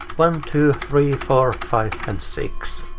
one, two, three, four, five, and six.